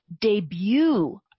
debut